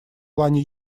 плане